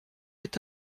est